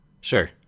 Sure